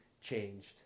changed